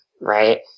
right